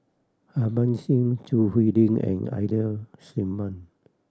Harban Singh Choo Hwee Lim and Ida Simmon